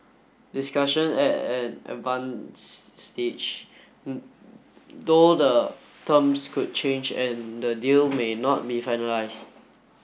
discussion at an advanced stage though the terms could change and the deal may not be finalised